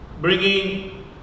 bringing